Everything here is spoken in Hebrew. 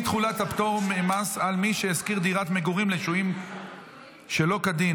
אי-תחולת הפטור ממס על מי שהשכיר דירת מגורים לשוהים שלא כדין),